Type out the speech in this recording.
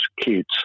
kids